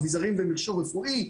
אביזרים במכשור רפואי,